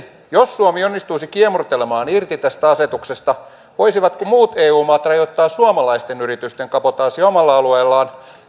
jos suomi onnistuisi kiemurtelemaan irti tästä asetuksesta voisivatko muut eu maat rajoittaa suomalaisten yritysten kabotaasia omalla alueellaan